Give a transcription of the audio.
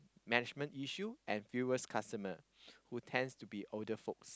management issue and fewer customer who tends to be older folks